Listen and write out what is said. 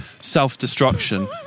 self-destruction